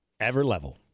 EverLevel